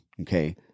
Okay